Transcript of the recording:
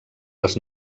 les